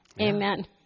Amen